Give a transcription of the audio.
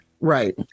Right